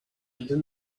don’t